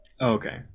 okay